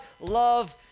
love